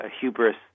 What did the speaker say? hubris